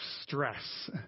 stress